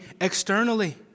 externally